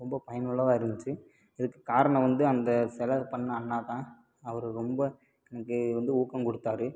ரொம்ப பயனுள்ளதாக இருந்துச்சி இதுக்கு காரணம் வந்து அந்த செலை பண்ண அண்ணாதான் அவர் ரொம்ப எனக்கு வந்து ஊக்கம் கொடுத்தாரு